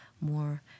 more